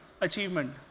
achievement